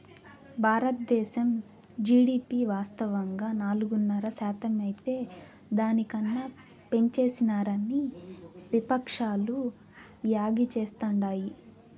బారద్దేశం జీడీపి వాస్తవంగా నాలుగున్నర శాతమైతే దాని కన్నా పెంచేసినారని విపక్షాలు యాగీ చేస్తాండాయి